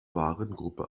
warengruppe